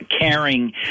caring